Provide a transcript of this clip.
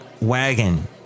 wagon